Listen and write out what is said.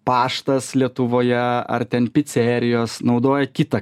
paštas lietuvoje ar ten picerijos naudoja kitą